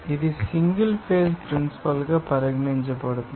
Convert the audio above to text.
ఇది single phase principle గా పరిగణించబడుతుంది